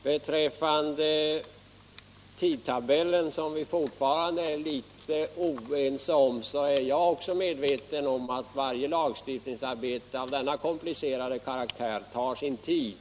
Beträffande tidtabellen, som vi fortfarande är litet oense om, är jag också medveten om att varje lagstiftningsarbete av denna komplicerade karaktär tar sin tid.